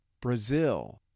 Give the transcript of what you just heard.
Brazil